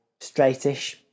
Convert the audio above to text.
straightish